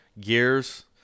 gears